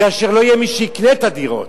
כאשר לא יהיה מי שיקנה את הדירות.